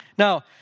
Now